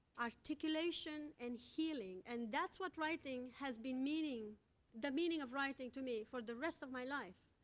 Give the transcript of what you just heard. articulation and healing and that's what writing has been meaning the meaning of writing to me for the rest of my life,